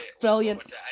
Brilliant